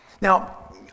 Now